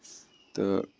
تہٕ